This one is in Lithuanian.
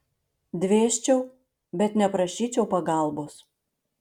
dvėsčiau bet neprašyčiau pagalbos